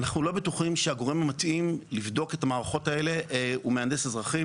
אנחנו לא בטוחים שהגורם המתאים לבדוק את המערכות האלה הוא מהנדס אזרחי.